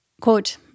quote